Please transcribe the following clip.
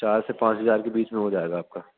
چار سے پانچ ہزار کے بیچ میں ہو جائے گا آپ کا